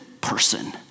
person